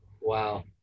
Wow